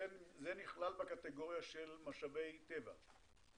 זה נכלל בקטגוריה של משאבי טבע.